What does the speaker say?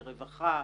לרווחה,